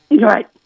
Right